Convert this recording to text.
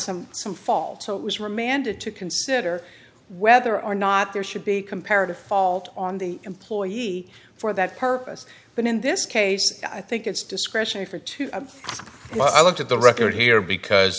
some some fault it was remanded to consider whether or not there should be comparative fault on the employee for that purpose but in this case i think it's discretionary for two and i looked at the record here because